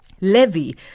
levy